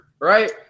right